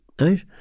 right